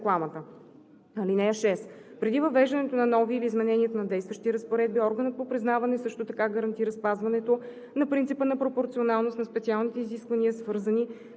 (6) Преди въвеждането на нови или изменението на действащи разпоредби органът по признаване също така гарантира спазването на принципа на пропорционалност на специалните изисквания, свързани